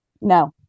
No